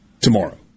tomorrow